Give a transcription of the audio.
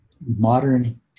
modern